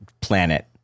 planet